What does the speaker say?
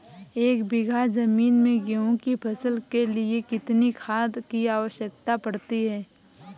एक बीघा ज़मीन में गेहूँ की फसल के लिए कितनी खाद की आवश्यकता पड़ती है?